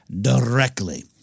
directly